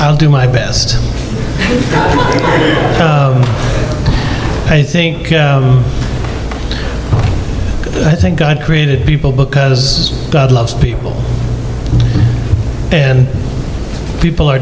i'll do my best i think i think god created people because god loves people and people are